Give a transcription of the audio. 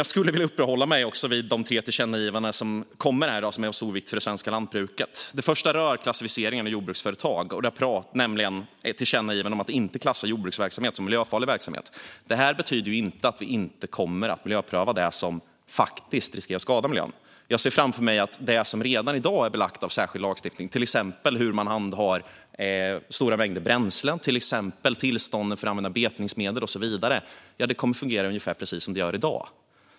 Jag skulle vilja uppehålla mig vid de tre kommande tillkännagivandena som är av stor vikt för det svenska lantbruket. Det första rör klassificeringen av jordbruksföretag. Det är ett tillkännagivande om att inte klassa jordbruksverksamhet som miljöfarlig verksamhet. Det betyder inte att vi inte kommer att miljöpröva det som faktiskt riskerar att skada miljön. Jag ser framför mig att det som redan i dag är reglerat av särskild lagstiftning, till exempel hur man handlar stora mängder bränslen, tillstånden för att använda betningsmedel och så vidare, kommer att fungera ungefär som det gör i dag.